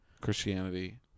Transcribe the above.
Christianity